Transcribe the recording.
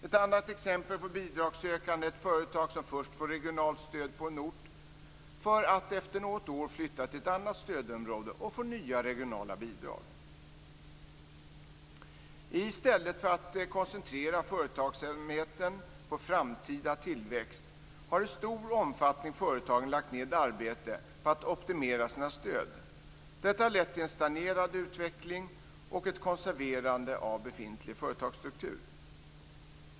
Ett annat exempel på bidragssökandet är ett företag som först får regionalt stöd på en ort för att efter något år flytta till annat stödområde och får nya regionala bidrag. I stället för att koncentrera företagsamheten på framtida tillväxt har i stor omfattning företagen lagt ned arbete på att optimera sina stöd. Detta har lett till en stagnerande utveckling och ett konserverande av befintlig företagsstruktur.